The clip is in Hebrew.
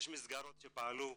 יש מסגרות שפעלו,